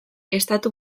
estatu